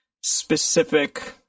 specific